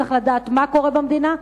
צריך לדעת מה קורה במדינה,